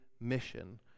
mission